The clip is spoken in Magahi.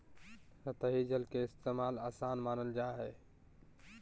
सतही जल के इस्तेमाल, आसान मानल जा हय